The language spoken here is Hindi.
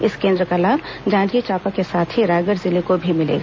इस केंद्र का लाभ जांजगीर चांपा के साथ ही रायगढ़ जिले को भी मिलेगा